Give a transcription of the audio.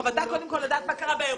מחובתה קודם כל לדעת מה קרה באירוע,